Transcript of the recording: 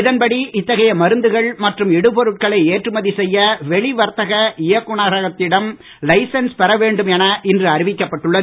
இதன்படி இத்தகைய மருந்துகள் மற்றும் இடுபொருட்களை ஏற்றுமதி செய்ய வெளிவர்த்தக இயக்குநரகத்திடம் லைசன்ஸ் பெற வேண்டும் என இன்று அறிவிக்கப்பட்டுள்ளது